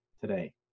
today